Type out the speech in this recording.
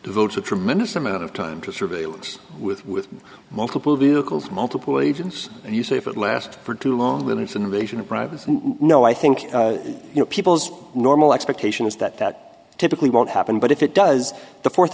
devotes a tremendous amount of time to surveillance with with multiple vehicles multiple agents and you say if it lasts for too long when it's an invasion of privacy no i think you know people's normal expectation is that that typically won't happen but if it does the fourth